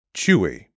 Chewy